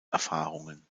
erfahrungen